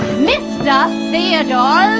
mr theodore